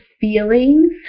feelings